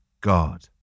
God